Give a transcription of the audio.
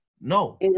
No